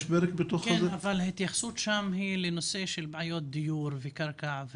כן, אבל ההתייחסות היא לנושא של בעיות דיור וקרקע.